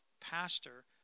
pastor